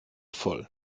voll